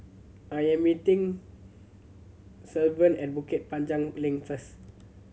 I am meeting Sylvan at Bukit Panjang Link first